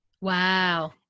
Wow